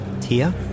Tia